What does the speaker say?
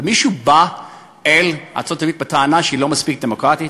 ומישהו בא אל ארצות-הברית בטענה שהיא לא מספיק דמוקרטית?